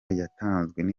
yatanzwe